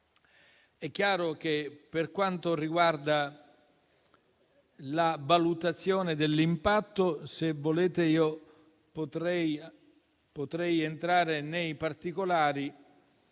È chiaro che per quanto riguarda la valutazione dell'impatto, se volete, io potrei entrare nei particolari